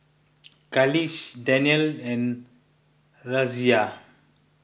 Khalish Danial and Raisya